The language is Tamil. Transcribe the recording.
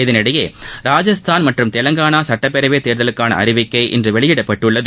இதனிடையே ராஜஸ்தான் மற்றும் தெலங்கான சட்டப்பேரவைத் தேர்தலுக்கான அறிவிக்கை இன்று வெளியிடப்பட்டுள்ளது